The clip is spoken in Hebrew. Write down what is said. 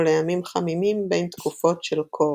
או לימים חמימים בין תקופות של קור.